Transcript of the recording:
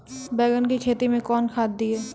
बैंगन की खेती मैं कौन खाद दिए?